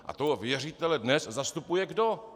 A toho věřitele dnes zastupuje kdo?